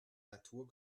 natur